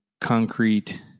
concrete